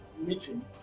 meeting